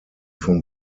from